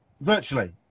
virtually